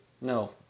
No